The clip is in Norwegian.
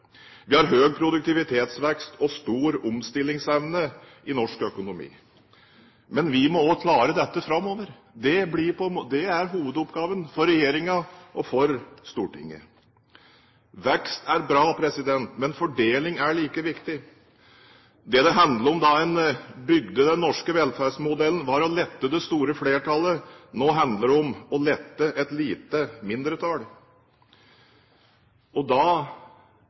Vi har høy produktivitetsvekst og stor omstillingsevne i norsk økonomi. Men vi må klare dette også framover. Det er hovedoppgaven for regjeringen og for Stortinget. Vekst er bra, men fordeling er like viktig. Det det handlet om da en bygde den norske velferdsmodellen, var å lette det store flertallet. Nå handler det om å lette et lite mindretall. Da